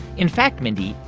in fact, mindy,